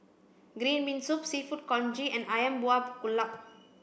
green bean soup seafood Congee and Ayam Buah Keluak